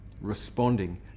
Responding